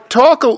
talk